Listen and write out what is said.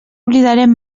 oblidarem